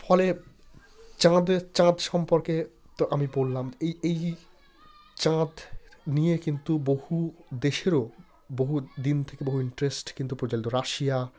ফলে চাঁদে চাঁদ সম্পর্কে তো আমি বললাম এই এই জে চাঁদ নিয়ে কিন্তু বহু দেশেরও বহু দিন থেকে বহু ইন্টারেস্ট কিন্তু পরিচালিত রাশিয়া